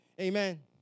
Amen